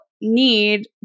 need